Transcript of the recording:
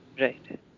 Right